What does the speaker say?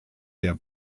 der